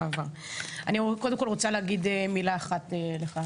אני קודם כל רוצה להגיד מילה אחת לך,